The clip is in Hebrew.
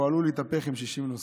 והוא עלול להתהפך עם 60 נוסעים.